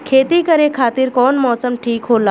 खेती करे खातिर कौन मौसम ठीक होला?